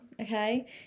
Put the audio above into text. okay